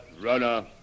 runner